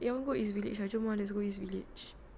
eh I want go east village jom ah let's go east village